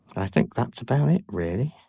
i think that's about it really.